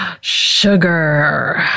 Sugar